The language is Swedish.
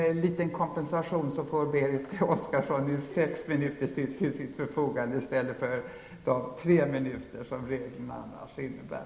Som en kompensation får Berit Oscarsson nu sex minuter till sitt förfogande i stället för de tre minuter som reglerna annars innebär.